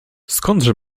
skądże